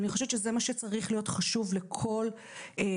אני חושבת שזה מה שצריך להיות חשוב לכל מסגרת.